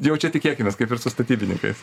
jau čia tikėkimės kaip ir su statybininkais